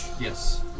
Yes